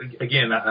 again